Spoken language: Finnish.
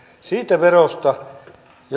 siitä verosta